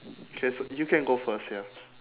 okay s~ you can go first ya